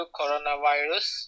coronavirus